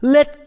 Let